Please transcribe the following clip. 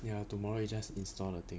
ya tomorrow you just install the thing